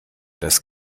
das